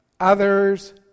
others